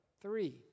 three